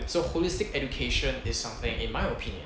so holistic education is something in my opinion